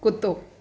कुतो